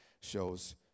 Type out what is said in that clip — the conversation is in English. shows